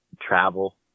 travel